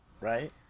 Right